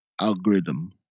algorithm